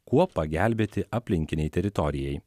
kuo pagelbėti aplinkinei teritorijai